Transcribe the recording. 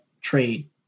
trade